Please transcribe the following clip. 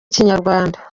ikinyarwanda